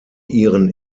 ihren